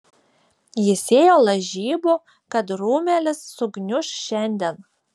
jis ėjo lažybų kad rūmelis sugniuš šiandien